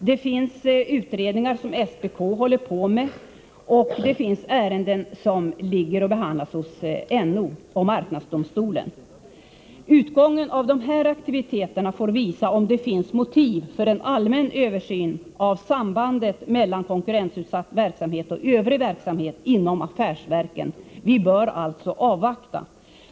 SPK genomför utredningar, och det finns ärenden som behandlas av NO och marknadsdomstolen. Utgången av detta får visa om det finns motiv för en allmän översyn av sambandet mellan konkurrensutsatt verksamhet och övrig verksamhet inom affärsverken. Vi bör alltså avvakta.